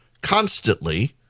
constantly